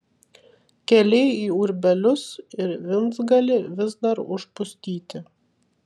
keliai į urbelius ir vincgalį vis dar užpustyti